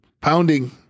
pounding